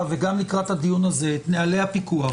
וגם לקראת הדיון הזה את נהלי הפיקוח,